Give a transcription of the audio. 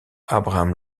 abraham